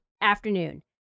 afternoon